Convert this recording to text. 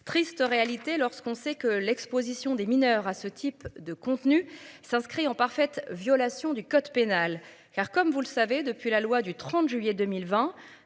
triste réalité lorsqu'on sait que l'Exposition des mineurs à ce type de contenus s'inscrit en parfaite violation du code pénal car comme vous le savez depuis la loi du 30 juillet 2020